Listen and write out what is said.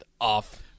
off